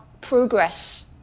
progress